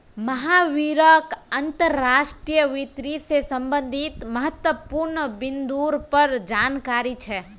महावीरक अंतर्राष्ट्रीय वित्त से संबंधित महत्वपूर्ण बिन्दुर पर जानकारी छे